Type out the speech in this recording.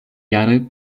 jaroj